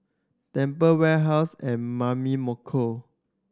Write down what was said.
Tempt Warehouse and Mamy Moko